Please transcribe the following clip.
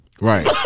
Right